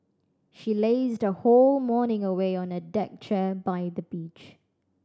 she lazed her whole morning away on a deck chair by the beach